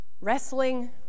wrestling